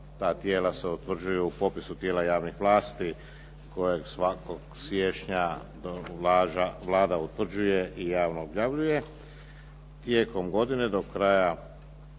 ta tijela se utvrđuju u popisu tijela javnih vlasti kojeg svakog siječnja Vlada utvrđuje i javno objavljuje.